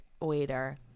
waiter